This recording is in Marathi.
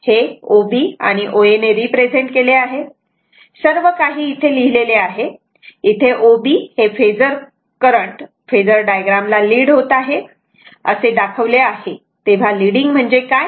हे OB आणि OA ने रिप्रेझेंट केले आहे सर्व काही इथे लिहिलेले आहे इथे OB हे फेजर करंट फेजर डायग्राम ला लीड होत आहे असे दाखवले आहे तेव्हा लीडिंग म्हणजे काय